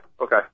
okay